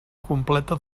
completa